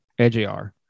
ajr